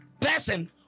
person